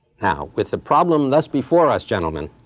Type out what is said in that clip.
now, with the problem thus before us, gentlemen,